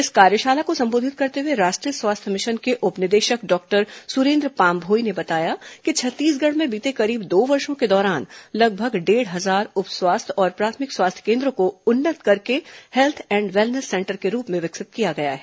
इस कार्यशाला को संबोधित करते हुए राष्ट्रीय स्वास्थ्य मिशन के उप निदेशक डॉक्टर सुरेन्द्र पामभोई ने बताया कि छत्तीसगढ़ में बीते करीब दो वर्षो के दौरान लगभग डेढ़ हजार उप स्वास्थ्य और प्राथमिक स्वास्थ्य केन्द्रो को उन्नत करके हेल्थ एंड वेलनेस सेंटर के रूप में विकसित किया गया है